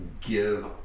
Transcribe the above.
give